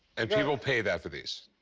and people pay that for these?